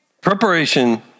preparation